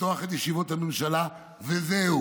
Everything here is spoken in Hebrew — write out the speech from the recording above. לפתוח את ישיבות הממשלה וזהו.